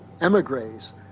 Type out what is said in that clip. emigres